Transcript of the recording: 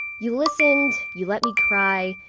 you listened, you let me cry,